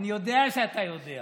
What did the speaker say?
אני יודע שאתה יודע.